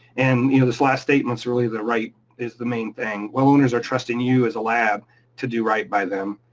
and you know this last statement's, really the right is the main thing, well owners are trusting you as a lab to do right by them,